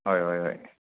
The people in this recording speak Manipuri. ꯍꯣꯏ ꯍꯣꯏ ꯍꯣꯏ